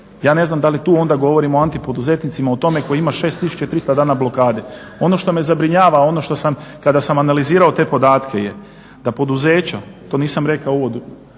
Ja ne znam da li tu onda govorimo o anti poduzetnicima o tome koji ima 6300 dana blokade. Ono što me zabrinjava, ono što sam kada sam analizirao te podatke je da poduzeća, to nisam rekao u uvodu